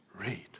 read